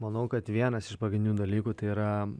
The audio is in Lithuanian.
manau kad vienas iš pagrindinių dalykų tai yra